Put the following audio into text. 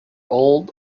old